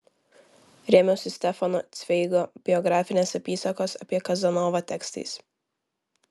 rėmiausi stefano cveigo biografinės apysakos apie kazanovą tekstais